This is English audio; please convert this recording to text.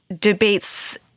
debates—